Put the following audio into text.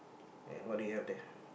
and what do you have there